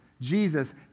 Jesus